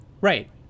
Right